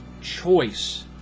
choice